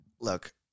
Look